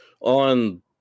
on